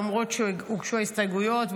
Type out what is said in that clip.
למרות שהוגשו ההסתייגויות,